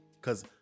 Cause